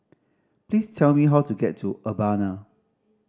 please tell me how to get to Urbana